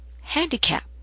handicap